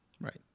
Right